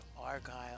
Argyle